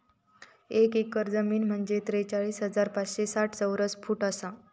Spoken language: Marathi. एक एकर जमीन म्हंजे त्रेचाळीस हजार पाचशे साठ चौरस फूट आसा